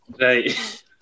Right